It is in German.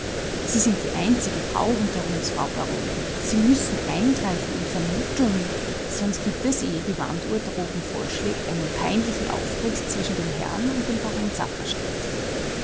sie sind die einzige frau unter uns frau baronin sie müssen eingreifen und vermitteln sonst gibt es ehe die wanduhr droben voll schlägt einen peinlichen auftritt zwischen den herren und dem baron